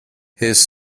his